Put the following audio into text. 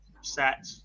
set